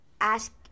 ask